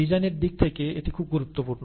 ডিজাইনের দিক থেকে এটি খুব গুরুত্বপূর্ণ